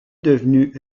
devenu